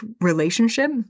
relationship